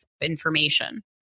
information